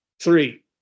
Three